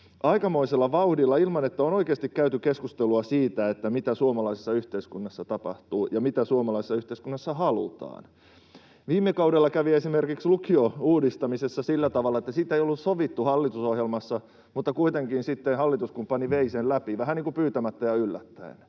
aikamoisella vauhdilla ilman että on oikeasti käyty keskustelua siitä, mitä suomalaisessa yhteiskunnassa tapahtuu ja mitä suomalaisessa yhteiskunnassa halutaan. Viime kaudella kävi esimerkiksi lukiouudistamisessa sillä tavalla, että siitä ei ollut sovittu hallitusohjelmassa, mutta kuitenkin sitten hallituskumppani vei sen läpi vähän niin kuin pyytämättä ja yllättäen.